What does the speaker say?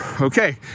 Okay